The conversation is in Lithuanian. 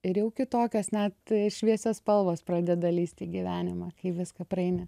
ir jau kitokios net šviesios spalvos pradeda lįst į gyvenimą kai viską praeini